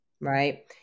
right